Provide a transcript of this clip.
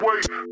Wait